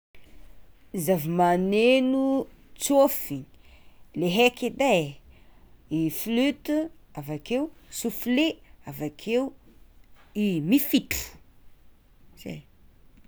Zavamaneno tsôfiny le heky edy e: flute, avakeo soufle, avakeo mifitro.